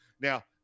Now